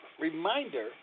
reminder